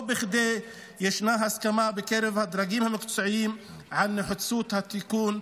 לא בכדי ישנה הסכמה בקרב הדרגים המקצועיים על נחיצות התיקון.